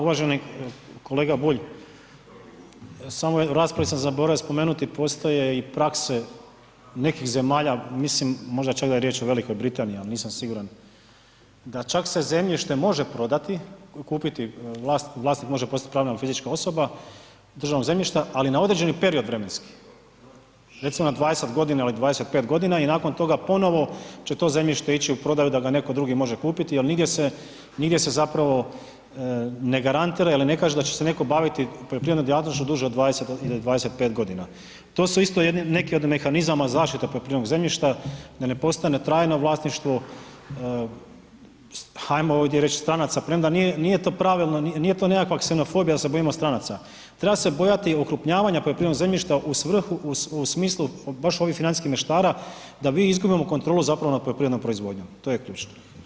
Uvaženi kolega Bulj, samo u raspravi sam zaboravio spomenuti postoje i prakse nekih zemalja, mislim možda čak da je riječ o Velikoj Britaniji, al nisam siguran, da čak se zemljište može prodati, kupiti, vlasnik može postat pravna ili fizička osoba državnog zemljišta, ali na određeni period vremenski, recimo na 20.g. ili 25.g. i nakon toga ponovo će to zemljište ići u prodaju da ga neko drugi može kupiti jel nigdje se, nigdje se zapravo ne garantira ili ne kaže da će se neko baviti poljoprivrednom djelatnošću duže od 20 ili 25.g. To su isto jedni, neki od mehanizama zaštite poljoprivrednog zemljišta da ne postane trajno vlasništvo, hajmo ovdje reć stranaca, premda nije, nije to pravilno, nije to nekakva ksenofobija da se bojimo stranica, treba se bojati okrupnjavanja poljoprivrednog zemljišta u svrhu, u smislu baš ovih financijskih mešetara da mi izgubimo kontrolu zapravo nad poljoprivrednom proizvodnjom, to je ključno.